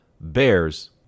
Bears